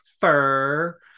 fur